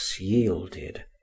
yielded